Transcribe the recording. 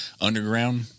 underground